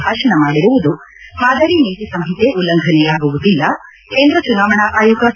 ಭಾಷಣ ಮಾಡಿರುವುದು ಮಾದರಿ ನೀತಿ ಸಂಹಿತೆ ಉಲ್ಲಂಘನೆಯಾಗುವುದಿಲ್ಲ ಕೇಂದ್ರ ಚುನಾವಣಾ ಆಯೋಗ ಸ್ಪಷ್ಟನೆ